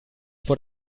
vor